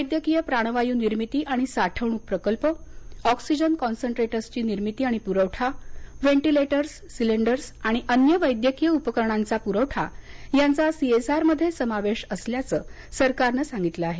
वैद्यकीय प्राणवायू निर्मिती आणि साठवणूक प्रकल्प ऑक्सीजन कॉन्सन्ट्रेटर्सची निर्मिती आणि पुरवठा व्हेंटिलेटर्स सिलिंडर्स आणि अन्य वैद्यकीय उपकरणांचा पुरवठा यांचा सीएसआरमध्ये समावेश असल्याचं सरकारनं सांगितलं आहे